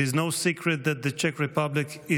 It is no secret that the Czech Republic is